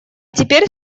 теперь